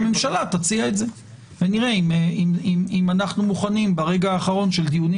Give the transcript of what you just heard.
שהממשלה תציע את זה ונראה אם אנחנו מוכנים ברגע האחרון של דיונים